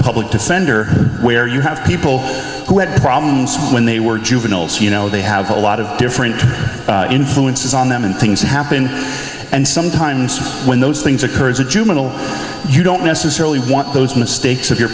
public defender where you have people who had problems when they were juveniles you know they have a lot of different influences on them and things happen and sometimes when those things occur as a juvenile you don't necessarily want those mistakes of your